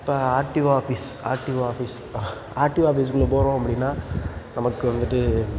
இப்போ RTO office RTO office RTO office குள்ளே போகிறோம் அப்படின்னா நமக்கு வந்துட்டு